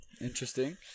interesting